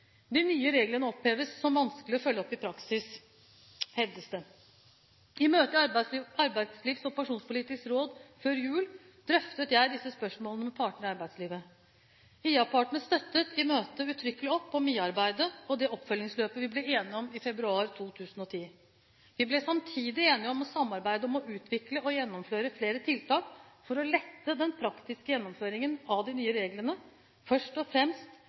De nye reglene oppleves som vanskelige å følge opp i praksis, hevdes det. I et møte i Arbeidslivs- og pensjonspolitisk råd før jul drøftet jeg disse spørsmålene med partene i arbeidslivet. IA-partene støttet i møtet uttrykkelig opp om IA-arbeidet og det oppfølgingsløpet vi ble enige om i februar 2010. Vi ble samtidig enige om å samarbeide om å utvikle og gjennomføre flere tiltak for å lette den praktiske gjennomføringen av de nye reglene, først og fremst